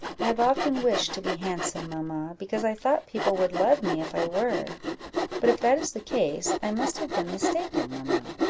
i have often wished to be handsome, mamma, because i thought people would love me if i were but if that is the case, i must have been mistaken, mamma.